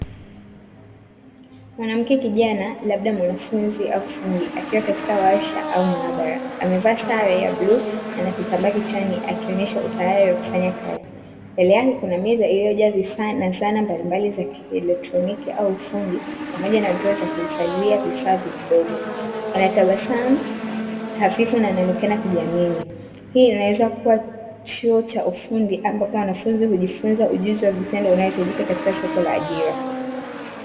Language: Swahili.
Mwanamke kijana, labda mwanafunzi au fundi, akiwa katika warsha au maabara, amevaa sare ya bluu, anakitambaa kichwani, akionyesha utayari kwa kufanya kazi, mbele yake kuna meza iliyojaa vifaa na zana mbalimbali za kielekroniki au ufundi, pamoja na droo za kuhifadhia vifaa vidogo, anatabasamu hafifu na kuonekana kujiamini. Hii inaweza kuwa chuo cha ufundi, ambapo wanafunzi hujifunza ujuzi wa vitendo unaohitajika katika soko la ajira.